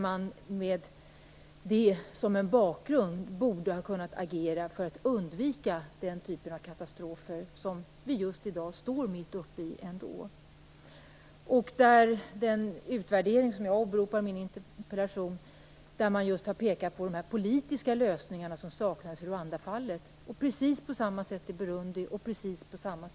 Med det som bakgrund borde man ha kunnat agera för att undvika den typ av katastrofer som vi i dag står mitt uppe i. I den utvärdering som jag åberopar i min interpellation har man just pekat på att politiska lösningar saknas i Rwandafallet, på samma sätt som i Burundi och i dag i Zaire.